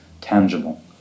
tangible